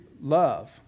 love